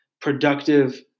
productive